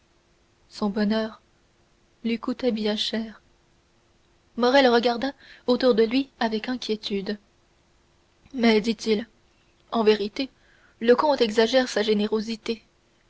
son bonheur lui coûtait bien cher morrel regarda autour de lui avec inquiétude mais dit-il en vérité le comte exagère sa générosité